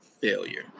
failure